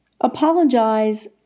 apologize